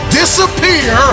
disappear